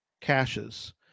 caches